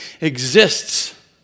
exists